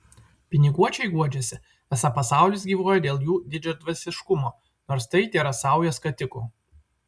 piniguočiai guodžiasi esą pasaulis gyvuoja dėl jų didžiadvasiškumo nors tai tėra sauja skatikų